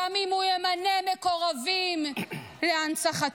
גם אם הוא ימנה מקורבים להנצחתו.